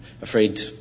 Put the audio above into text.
afraid